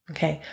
Okay